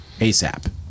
ASAP